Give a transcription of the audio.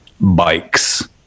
bikes